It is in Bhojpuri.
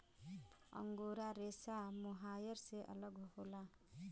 अंगोरा रेसा मोहायर से अलग होला